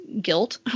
guilt